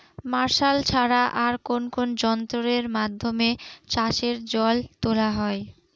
Martial ছাড়া আর কোন কোন যন্ত্রেরর মাধ্যমে চাষের জল তোলা হয়?